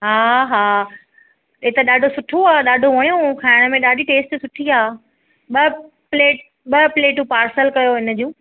हा हा हीउ त ॾाढो सुठो आहे ॾाढो वणियों खाइण में ॾाढी टेस्ट सुठी आहे ॿ प्लेट ॿ प्लेटूं पार्सल कयो हिन जूं